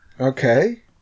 Okay